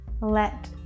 let